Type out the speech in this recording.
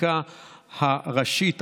בחקיקה הראשית,